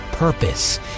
Purpose